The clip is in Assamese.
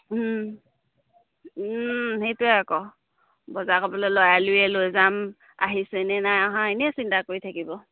সেইটোৱে আকৌ বজাৰ কৰিবলৈ ল'ৰাই লুৰীয়ে লৈ যাম আহিছেনে নাই অহা এনেই চিন্তা কৰি থাকিব